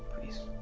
please.